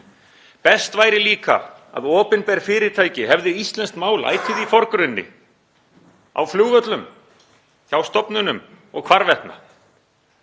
Best væri líka að opinber fyrirtæki hefðu íslenskt mál ætíð í forgrunni, á flugvöllum, hjá stofnunum og hvarvetna.